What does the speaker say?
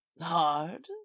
Hard